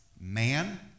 Man